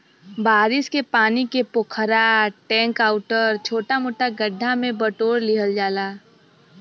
बारिश के पानी के पोखरा, टैंक आउर छोटा मोटा गढ्ढा में बटोर लिहल जाला